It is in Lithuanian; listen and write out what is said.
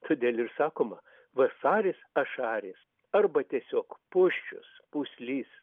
todėl ir sakoma vasaris ašaris arba tiesiog pusčius puslys